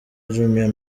jumia